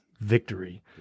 victory